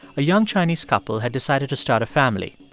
a young chinese couple had decided to start a family.